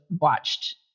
watched